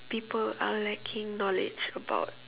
people are lacking knowledge about